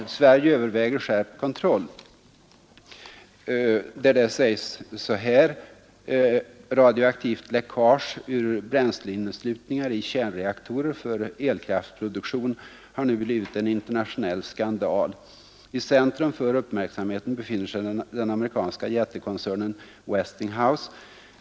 Sverige överväger skärpt kontroll” skriver följande: ”Radioaktivt läckage ur bränsleinneslutningar i kärnreaktorer för elkraftproduktion har nu blivit en internationell skandal.I centrum för uppmärksamheten befinner sig den amerikanska jättekoncernen Westinghouse.